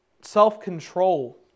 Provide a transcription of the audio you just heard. self-control